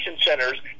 centers